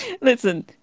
listen